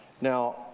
Now